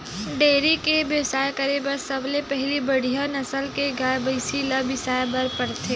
dairy के बेवसाय करे बर सबले पहिली बड़िहा नसल के गाय, भइसी ल बिसाए बर परथे